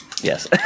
Yes